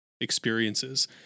experiences